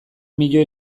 milioi